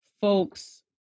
folks